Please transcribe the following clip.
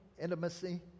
intimacy